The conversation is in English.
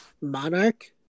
monarch